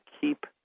keep